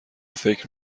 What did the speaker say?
فکر